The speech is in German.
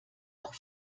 noch